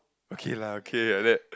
okay lah okay like that